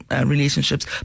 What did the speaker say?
relationships